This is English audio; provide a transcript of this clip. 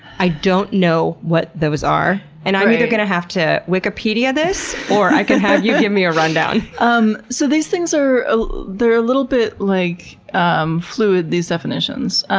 i don't know what those are. and i'm either going to have to wikipedia this, or i can have you give me a rundown. um so these things are ah a little bit like um fluid, these definitions.